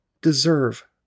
deserve